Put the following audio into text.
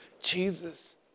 Jesus